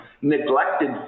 neglected